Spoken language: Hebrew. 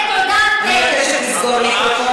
על הפשעים שלכם.